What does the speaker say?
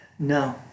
No